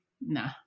nah